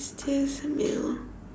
tastiest meal